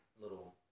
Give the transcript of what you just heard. little